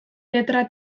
letra